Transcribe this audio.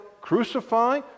crucify